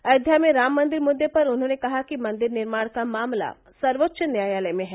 अयोध्या में राममंदिर मुद्दे पर उन्होंने कहा कि मन्दिर निर्माण का मामला सर्वोच्च न्यायालय में है